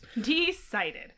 Decided